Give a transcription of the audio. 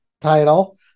title